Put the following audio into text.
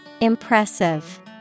Impressive